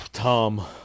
Tom